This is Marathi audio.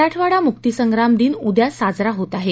मराठवाडा मुक्तिसंग्राम दिन उद्या साजरा होत आहे